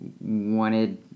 wanted